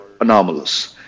anomalous